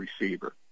receiver